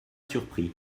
surpris